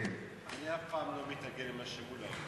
אני אף פעם לא מתנגד למה שמולה אומר.